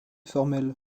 formel